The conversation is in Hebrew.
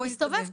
בואי נתקדם.